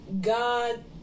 God